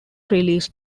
released